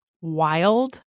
wild